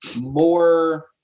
more